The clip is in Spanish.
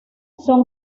son